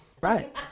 Right